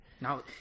Now